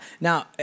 Now